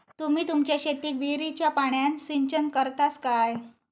तुम्ही तुमच्या शेतीक विहिरीच्या पाण्यान सिंचन करतास काय?